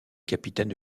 capitaine